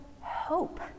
hope